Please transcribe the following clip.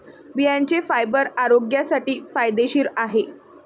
बियांचे फायबर आरोग्यासाठी फायदेशीर आहे